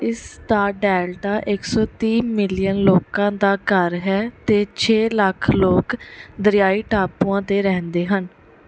ਇਸ ਦਾ ਡੈਲਟਾ ਇੱਕ ਸੌ ਤੀਹ ਮਿਲੀਅਨ ਲੋਕਾਂ ਦਾ ਘਰ ਹੈ ਅਤੇ ਛੇ ਲੱਖ ਲੋਕ ਦਰਿਆਈ ਟਾਪੂਆਂ 'ਤੇ ਰਹਿੰਦੇ ਹਨ